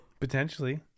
Potentially